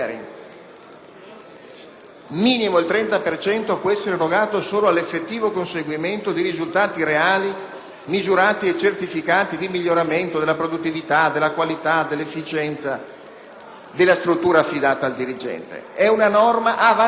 sharing* e può essere erogata solo all'effettivo conseguimento dei risultati reali, misurati e certificati di miglioramento della produttività, della qualità e dell'efficienza della struttura affidata al dirigente. È una norma avanzatissima,